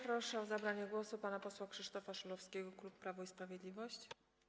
Proszę o zabranie głosu pana posła Krzysztofa Szulowskiego, klub Prawo i Sprawiedliwość.